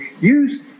use